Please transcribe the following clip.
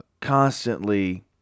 constantly